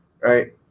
right